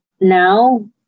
now